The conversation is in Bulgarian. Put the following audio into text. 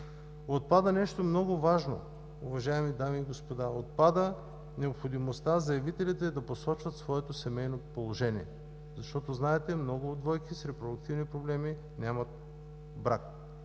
Отпада нещо много важно, уважаеми дами и господа –необходимостта заявителите да посочват своето семейно положение, тъй като, знаете, много двойки с репродуктивни проблеми нямат брак.